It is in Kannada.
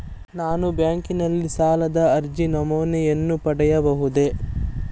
ನಾನು ಬ್ಯಾಂಕಿನಲ್ಲಿ ಸಾಲದ ಅರ್ಜಿ ನಮೂನೆಯನ್ನು ಪಡೆಯಬಹುದೇ?